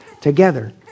together